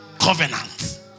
Covenant